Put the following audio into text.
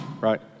right